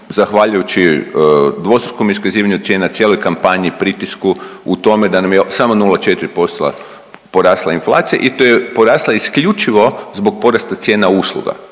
zahvaljujući dvostrukom iskazivanju cijena u cijeloj kampanju, pritisku u tome da nam je samo 0,4% porasla inflacija i to je porasla isključivo zbog porasta cijena usluga,